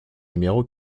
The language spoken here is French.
numéro